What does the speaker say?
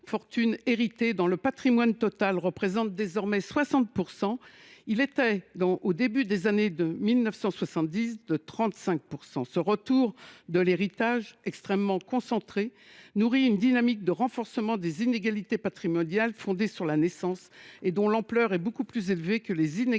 fortune héritée dans le patrimoine total représente désormais 60 %, contre 35 % au début des années 1970. Ainsi concluaient ils :« Ce retour de l’héritage, extrêmement concentré, nourrit une dynamique de renforcement des inégalités patrimoniales fondées sur la naissance et dont l’ampleur est beaucoup plus élevée que les inégalités